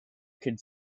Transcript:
kids